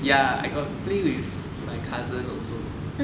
ya I got play with my cousin also